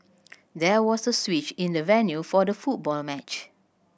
there was a switch in the venue for the football match